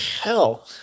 hell